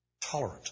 tolerant